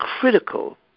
critical